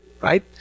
Right